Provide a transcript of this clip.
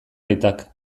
aitak